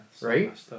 Right